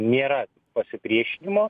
nėra pasipriešinimo